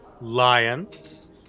Lions